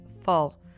full